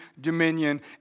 dominion